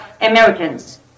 Americans